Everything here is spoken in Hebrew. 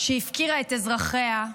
שהפקירה את אזרחיה,